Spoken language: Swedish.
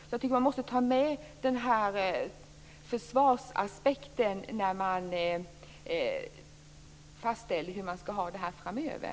Jag tycker att man måste ta med den här försvarsaspekten när man fastställer hur man skall ha det framöver.